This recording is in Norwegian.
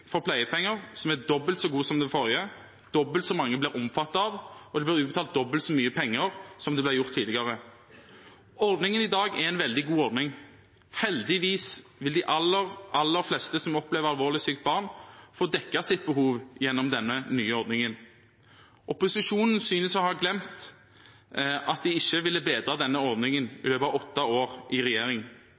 for pleiepenger som er dobbelt så god som den forrige, som dobbelt så mange blir omfattet av, og at det blir utbetalt dobbelt så mye penger som tidligere. Ordningen i dag er en veldig god ordning. Heldigvis vil de aller fleste som opplever et alvorlig sykt barn, få dekket sitt behov gjennom denne nye ordningen. Opposisjonen synes å ha glemt at de ikke ville bedre denne ordningen i løpet av åtte år i regjering.